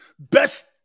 Best